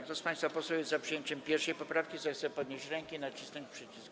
Kto z państwa posłów jest za przyjęciem 1. poprawki, zechce podnieść rękę i nacisnąć przycisk.